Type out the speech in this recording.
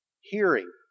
hearing